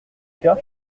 cas